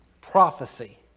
prophecy